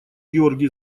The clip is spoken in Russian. георгий